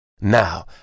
Now